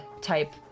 type